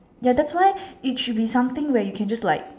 ya that's why it should be something where you can just like